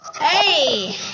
Hey